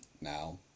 now